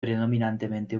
predominantemente